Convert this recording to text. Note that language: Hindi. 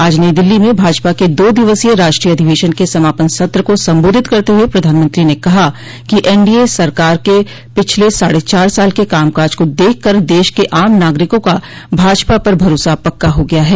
आज नई दिल्ली में भाजपा के दो दिवसीय राष्ट्रीय अधिवेशन के समापन सत्र को संबोधित करते हुए प्रधानमंत्री ने कहा कि एनडीए सरकार के पिछले साढ़े चार साल के कामकाज को देख कर देश के आम नागरिकों का भाजपा पर भरोसा पक्का हो गया है